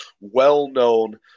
well-known